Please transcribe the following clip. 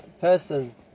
person